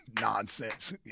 nonsense